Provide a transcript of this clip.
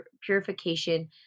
purification